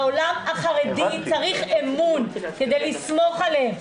בעולם החרדי צריך אמון כדי לסמוך עליהם.